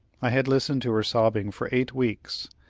i had listened to her sobbing for eight weeks,